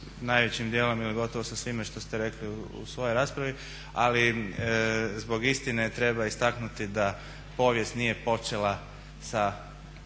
najvećim djelom ili gotovo sa svime što ste rekli u svojoj raspravi ali zbog istine treba istaknuti da povijest nije počela sa